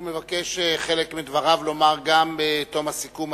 הוא מבקש לומר חלק מדבריו גם בסיכום הדיון,